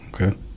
Okay